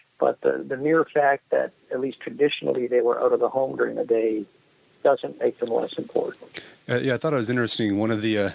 but the the mere fact that at least traditionally they were out of the home during the day doesn't make them less important yeah, i thought it was interesting. one of the, ah